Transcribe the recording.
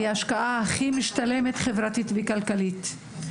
היא השקעה הכי משתלמת חברתית וכלכלית.